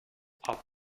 are